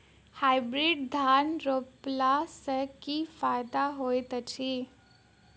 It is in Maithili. हाइब्रिड धान रोपला सँ की फायदा होइत अछि?